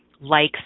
likes